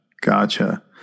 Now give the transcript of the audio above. gotcha